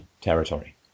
territory